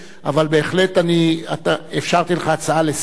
אבל בהחלט אפשרתי לך הצעה לסדר.